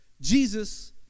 Jesus